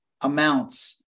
amounts